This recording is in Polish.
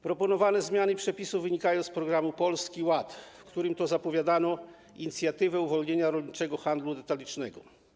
Proponowane zmiany przepisów wynikają z programu Polski Ład, w którym zapowiadano inicjatywę uwolnienia rolniczego handlu detalicznego.